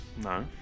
no